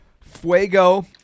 Fuego